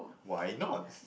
why not